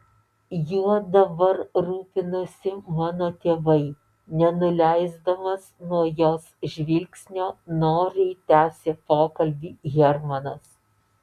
juo dabar rūpinasi mano tėvai nenuleisdamas nuo jos žvilgsnio noriai tęsė pokalbį hermanas